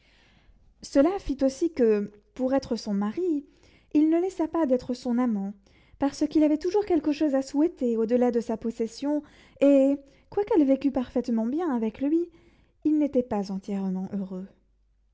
cela fit aussi que pour être son mari il ne laissa pas d'être son amant parce qu'il avait toujours quelque chose à souhaiter au-delà de sa possession et quoiqu'elle vécût parfaitement bien avec lui il n'était pas entièrement heureux